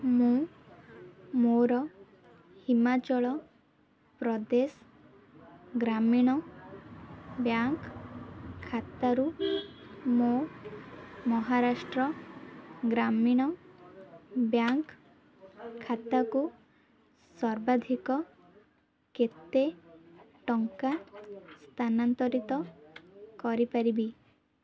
ମୁଁ ମୋର ହିମାଚଳ ପ୍ରଦେଶ ଗ୍ରାମୀଣ ବ୍ୟାଙ୍କ୍ ଖାତାରୁ ମୋ ମହାରାଷ୍ଟ୍ର ଗ୍ରାମୀଣ ବ୍ୟାଙ୍କ୍ ଖାତାକୁ ସର୍ବାଧିକ କେତେ ଟଙ୍କା ସ୍ଥାନାନ୍ତରିତ କରିପାରିବି